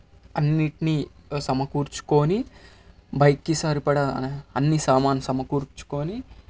అన్నిటినీ ఓ సమకూర్చుకొని బైక్ సరిపడా అన్ని సామాను సమకూర్చుకొని